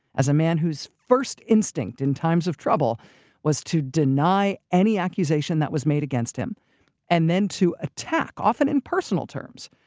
as a man whose first instinct in times of trouble was to deny any accusation that was made against him and then to attack, often in personal terms,